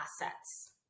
assets